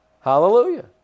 Hallelujah